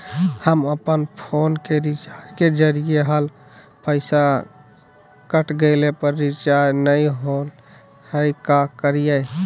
हम अपन फोन के रिचार्ज के रहलिय हल, पैसा कट गेलई, पर रिचार्ज नई होलई, का करियई?